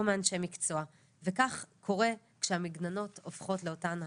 מאנשי מקצוע וכך קורה כשהמגננות הופכות לאותן הרסניות.